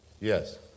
Yes